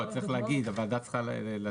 לא, צריך להגיד, הוועדה צריכה להצביע על זה.